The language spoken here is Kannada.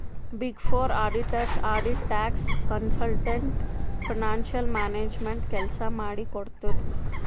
big four auditors audit, tax, consultant, financial management ಕೆಲ್ಸ ಮಾಡಿ ಕೊಡ್ತುದ್